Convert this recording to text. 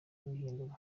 kubihindura